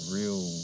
real